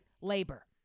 labor